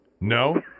No